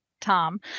tom